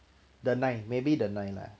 the nine maybe the nine lah